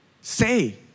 say